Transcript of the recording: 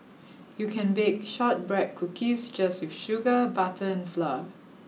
you can bake shortbread cookies just with sugar butter and flour